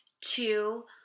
Two